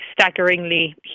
staggeringly